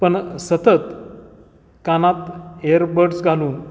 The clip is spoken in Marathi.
पण सतत कानात एअरबड्स घालून